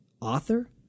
author